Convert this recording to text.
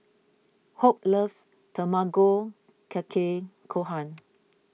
Hope loves Tamago Kake Gohan